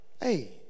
Hey